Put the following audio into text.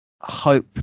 hope